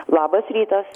labas rytas